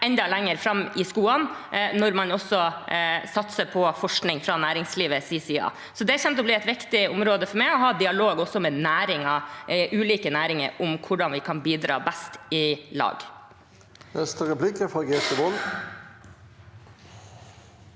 enda lenger framme i skoene når man satser på forskning fra næringslivets side. Det kommer til å bli et viktig område for meg: å ha dialog også med ulike næringer om hvordan vi kan bidra best i lag. Grete Wold